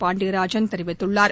பாண்டியராஜன் தெரிவித்துள்ளார்